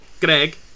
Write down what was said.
Greg